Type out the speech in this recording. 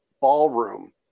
ballroom